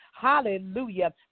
Hallelujah